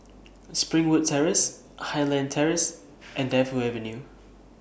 Springwood Terrace Highland Terrace and Defu Avenue